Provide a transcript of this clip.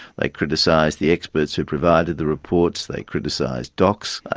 like criticised the experts who provided the reports, they criticised docs,